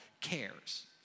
cares